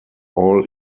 all